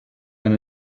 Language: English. and